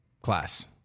class